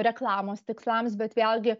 reklamos tikslams bet vėlgi